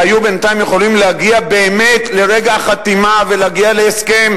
והיו בינתיים יכולים להגיע באמת לרגע החתימה ולהגיע להסכם,